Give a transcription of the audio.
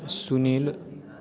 सुनीलः